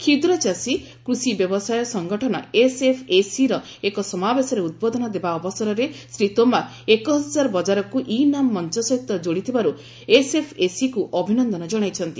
କ୍ଷୁଦ୍ର ଚାଷୀ କୃଷି ବ୍ୟବସାୟ ସଙ୍ଗଠନ ଏସ୍ଏଫ୍ଏସିର ଏକ ସମାବେଶରେ ଉଦ୍ବୋଧନ ଦେବା ଅବସରରେ ଶ୍ରୀ ତୋମାର ଏକ ହଜାର ବଜାରକୁ ଇ ନାମ୍ ମଞ୍ଚ ସହିତ ଯୋଡ଼ିଥିବାରୁ ଏସ୍ଏଫ୍ଏସିକୁ ଅଭିନନ୍ଦନ କଣାଇଛନ୍ତି